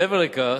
מעבר לכך,